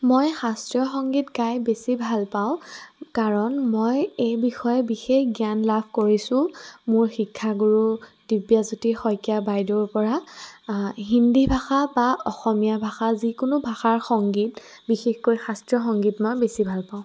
মই শাস্ত্ৰীয় সংগীত গাই বেছি ভাল পাওঁ কাৰণ মই এই বিষয়ে বিশেষ জ্ঞান লাভ কৰিছোঁ মোৰ শিক্ষাগুৰু দিব্যাজ্যোতি শইকীয়া বাইদেউৰপৰা হিন্দী ভাষা বা অসমীয়া ভাষা যিকোনো ভাষাৰ সংগীত বিশেষকৈ শাস্ত্ৰীয় সংগীত মই বেছি ভাল পাওঁ